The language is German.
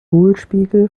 hohlspiegel